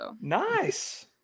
nice